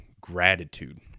gratitude